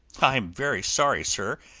i am very sorry, sir,